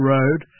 Road